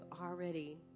already